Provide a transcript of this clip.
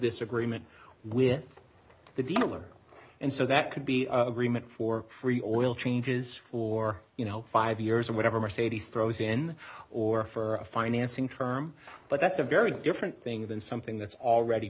this agreement when the dealer and so that could be agreement for free oil changes or you know five years or whatever mercedes throws in or for a financing term but that's a very different thing than something that's already